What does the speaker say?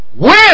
win